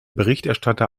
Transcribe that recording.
berichterstatter